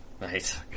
Nice